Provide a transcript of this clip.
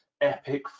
epic